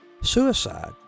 Suicide